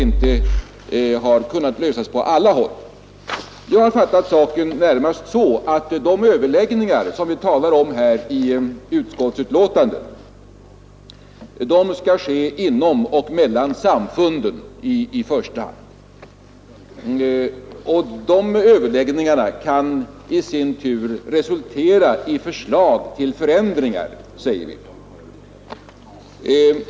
Jag har närmast fattat saken så att de överläggningar som det talas om i utskottsbetänkandet i första hand skall ske inom och mellan samfunden, och de överläggningarna kan i sin tur resultera i förslag till förändringar.